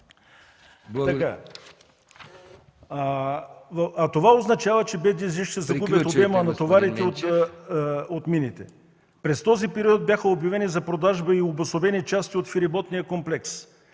Това означава, че БДЖ ще загуби от обема на товарите от мините. През този период бяха обявени за продажба и обособени части от фериботния комплекс,